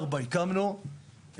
ארבע כבר הקמנו ותוך